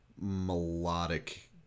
melodic